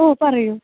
ആ പറയൂ